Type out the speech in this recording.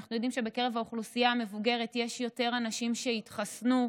אנחנו יודעים שבקרב האוכלוסייה המבוגרת יש יותר אנשים שהתחסנו,